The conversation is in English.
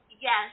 yes